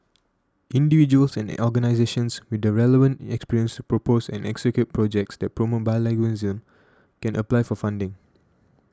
individuals and organisations with the relevant experience to propose and execute projects that promote bilingualism can apply for funding